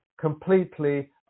completely